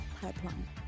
pipeline